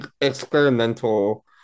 experimental